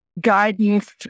guidance